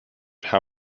how